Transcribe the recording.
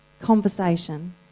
conversation